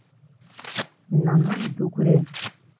ᱱᱟᱦᱟᱜ ᱡᱩᱜᱽᱨᱮ